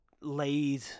laid